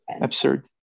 Absurd